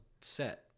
set